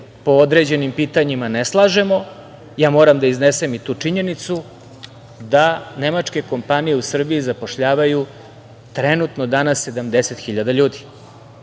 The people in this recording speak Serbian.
po određenim pitanjima ne slažemo, ja moram da iznesem i tu činjenicu da nemačke kompanije u Srbiji zapošljavaju trenutno danas 70 hiljada